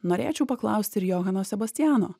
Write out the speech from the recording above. norėčiau paklausti ir johanno sebastiano